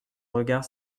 regard